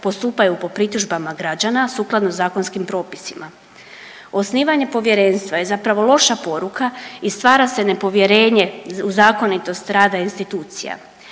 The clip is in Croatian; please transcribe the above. postupaju po pritužbama građana sukladno zakonskim propisima. Osnivanje Povjerenstva je zapravo loša poruka i stvara se nepovjerenje u zakonitost rada institucija.